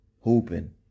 Hooping